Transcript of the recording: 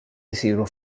isiru